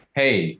hey